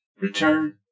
Return